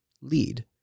lead